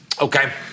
Okay